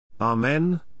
Amen